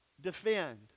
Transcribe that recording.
defend